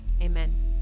amen